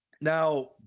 now